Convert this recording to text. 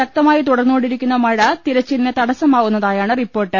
ശക്തമായി തുടർന്നുകൊണ്ടിരിക്കുന്ന മഴ തിരച്ചിലിന് തടസ്സമാവുന്നതായാണ് റിപ്പോർട്ട്